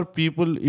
people